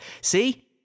See